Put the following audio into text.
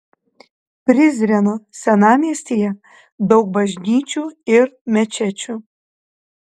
prizreno senamiestyje daug bažnyčių ir mečečių